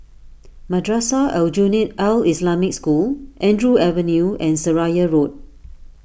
Madrasah Aljunied Al Islamic School Andrew Avenue and Seraya Road